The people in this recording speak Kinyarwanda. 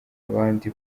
abandi